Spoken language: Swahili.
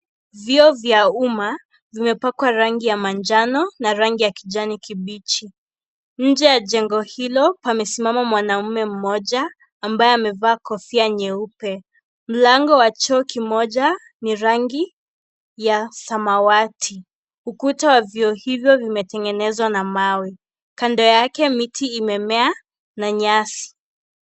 Vyoo vya umma vimepakwa rangi ya manjano na rangi ya kijani kibichi, nje ya jengo hilo pamesimama mwanaume mmoja ambaye amevaa kofia nyeupe, mlango wa choo kimoja ni rangi ya samawati, ukuta wa vyoo hivi vimetengenezwa na mawe, kando yake kuna miti imemea na nyasi.